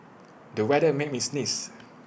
the weather made me sneeze